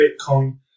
bitcoin